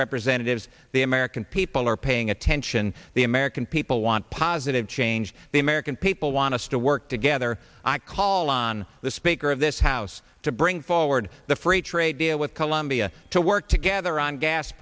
representatives the american people are paying attention the american people want positive change the american people want us to work together i call on the speaker of this house to bring forward the free trade deal with colombia to work together